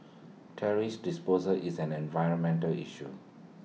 thrash disposal is an environmental issue